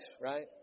right